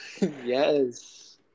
yes